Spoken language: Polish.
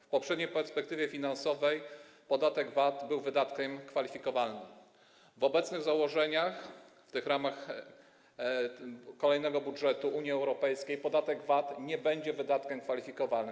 W poprzedniej perspektywie finansowej podatek VAT był wydatkiem kwalifikowalnym, w obecnych założeniach, w tych ramach kolejnego budżetu Unii Europejskiej, podatek VAT nie będzie wydatkiem kwalifikowalnym.